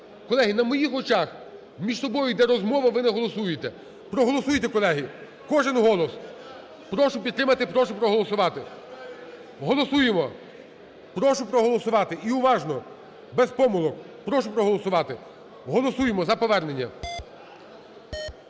Колеги, на моїх очах між собою іде розмова, ви не голосуєте. Проголосуйте, колеги, кожен голос. Прошу підтримати. Прошу проголосувати. Голосуємо. Прошу проголосувати. І уважно без помилок. Прошу проголосувати. Голосуємо за повернення.